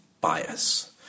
bias